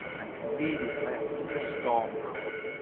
and immediately the storm broke.